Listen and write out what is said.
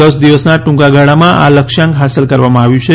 દસ દિવસના ટ્રંકા ગાળામાં આ લક્ષ્યાંક હાંસલ કરવામાં આવ્યું છે